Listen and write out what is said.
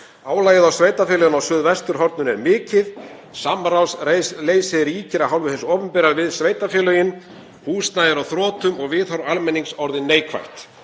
Álagið á sveitarfélögin á suðvesturhorninu er mikið, samráðsleysi ríkir af hálfu hins opinbera við sveitarfélögin, húsnæði er á þrotum og viðhorf almennings orðið neikvætt.